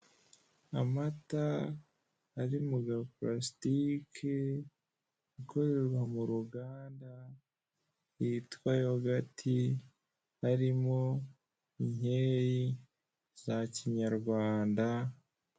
Amata ari mu gapurasitike akorerwa mu ruganda y'itwa yogati arimo inkeri z'akinyarwanda.